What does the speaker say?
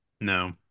No